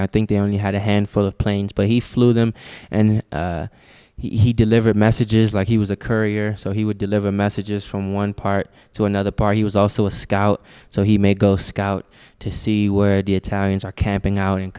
i think they only had a handful of planes but he flew them and he delivered messages like he was a courier so he would deliver messages from one part to another part he was also a scout so he may go scout to see were dia talents are camping out and